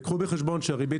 וקחו בחשבון שהריבית,